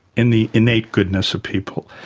in the innate goodness of people